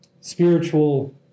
spiritual